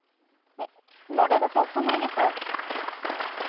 ᱦᱮᱸ ᱱᱚᱰᱮ ᱫᱚ ᱥᱚᱵ ᱥᱚᱢᱚᱭ ᱜᱮᱛᱚ